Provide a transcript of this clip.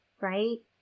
right